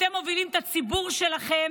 אתם מובילים את הציבור שלכם,